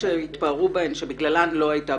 שהתפארו בכך שבגללן לא הייתה